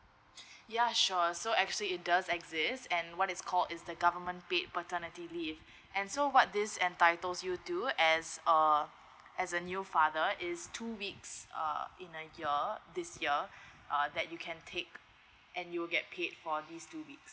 ya sure so actually it does exist and what is called is the government paid paternity leave and so what this entitles you to as a as a new father is two weeks uh in a year this year uh that you can take and you'll get paid for these two weeks